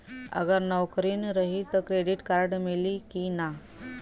अगर नौकरीन रही त क्रेडिट कार्ड मिली कि ना?